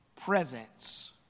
presence